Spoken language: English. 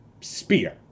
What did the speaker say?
spear